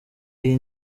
iyi